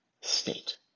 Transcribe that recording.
state